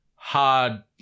hard